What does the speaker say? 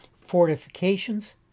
fortifications